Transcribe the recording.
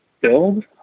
build